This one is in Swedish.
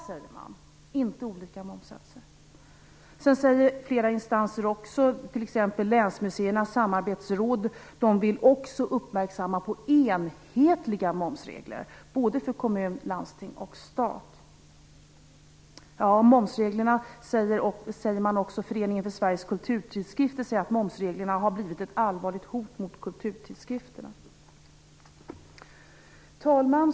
Det skall alltså inte vara olika momssatser. Flera instanser, t.ex. Länsmuséernas samarbetsråd, vill också uppmärksamma behovet av enhetliga momsregler, såväl för kommun som för landsting och stat. Föreningen för Sveriges kulturskrifter menar att momsreglerna har blivit ett allvarligt hot mot kulturtidskrifterna. Fru talman!